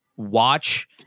Watch